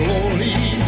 Lonely